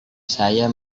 saya